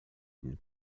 une